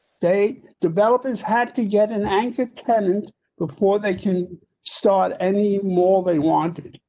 date developers had to get an anchor tenant before they can start any more they wanted.